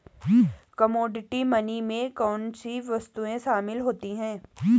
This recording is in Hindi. कमोडिटी मनी में कौन सी वस्तुएं शामिल होती हैं?